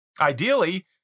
Ideally